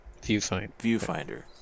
Viewfinder